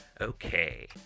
Okay